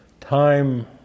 time